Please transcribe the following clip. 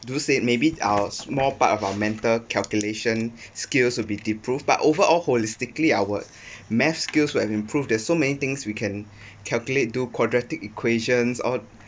do say maybe our small part of our mental calculation skills will be disproved but overall holistically our math skills will have improve there's so many things we can calculate do quadratic equations all